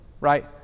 right